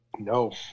No